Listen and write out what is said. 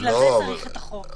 בגלל זה צריך את החוק.